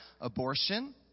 abortion